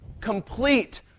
Complete